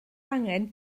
angen